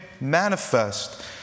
manifest